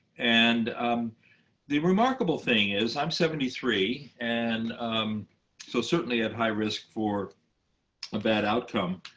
and the remarkable thing is i'm seventy three, and so certainly at high risk for a bad outcome.